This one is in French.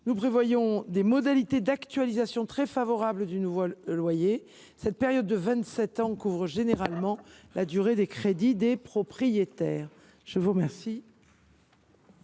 nous prévoyons des modalités d’actualisation très favorables du nouveau loyer, puisque la période de vingt sept ans couvre généralement la durée des crédits des propriétaires. Je mets aux voix